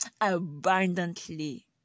abundantly